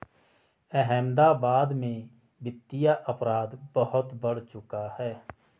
अहमदाबाद में वित्तीय अपराध बहुत बढ़ चुका है